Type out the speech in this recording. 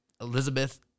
Elizabeth